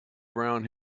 brown